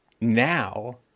Now